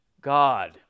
God